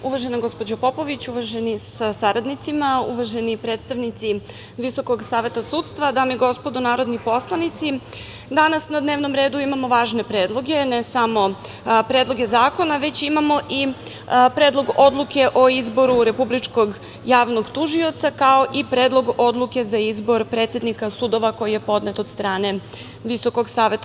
Uvažena gospođo Popović sa saradnicima, uvaženi predstavnici VSS, dame i gospodo narodni poslanici, danas na dnevnom redu imamo važne predloge ne samo predloge zakona, već imamo i predlog odluke o izboru republičkog javnog tužioca, kao i predlog odluke za izbor predsednika sudova, koji je podnet od strane VSS.